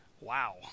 Wow